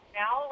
now